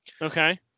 Okay